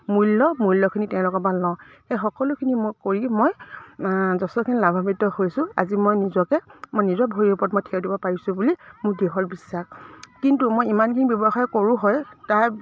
মূল্য মূল্যখিনি তেওঁলোকৰ পৰা লওঁ সেই সকলোখিনি মই কৰি মই যথেষ্টখিনি লাভান্ৱিত হৈছোঁ আজি মই নিজকে মই নিজৰ ভৰিৰ ওপৰত মই থিয় দিব পাৰিছোঁ বুলি মোৰ দৃঢ় বিশ্বাস কিন্তু মই ইমানখিনি ব্যৱসায় কৰোঁ হয় তাৰ